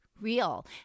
real